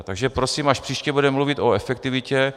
Takže prosím, až příště budeme mluvit o efektivitě...